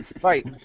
Fight